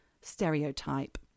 stereotype